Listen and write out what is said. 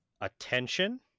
attention